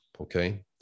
Okay